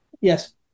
Yes